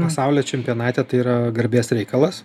pasaulio čempionate tai yra garbės reikalas